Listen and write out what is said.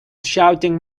shouting